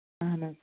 اَہَن حظ